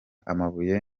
amabuye